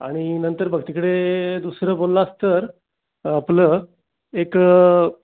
आणि नंतर बघ तिकडे दुसरं बोललास तर आपलं एक